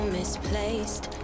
misplaced